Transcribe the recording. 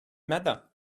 matter